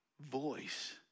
voice